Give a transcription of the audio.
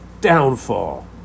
downfall